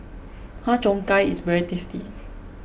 Har Cheong Gai is very tasty